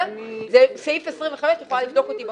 זה סעיף 25 את יכולה לבדוק אותי בחוק,